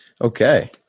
Okay